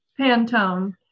Pantone